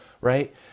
right